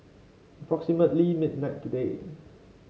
approximately midnight today